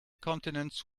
continents